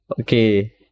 okay